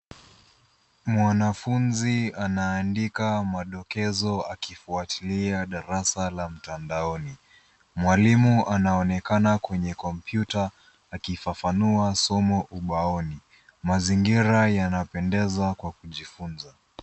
Mwanafunzi anaandika madokezo akifuatilia darasa la mtandaoni. Mwalimu anaonekana kwenye kompyuta akifafanua somo ubaoni. Mazingira yanapendeza kwa kujifunza.